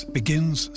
begins